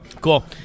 Cool